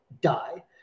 die